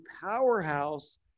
powerhouse